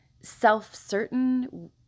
self-certain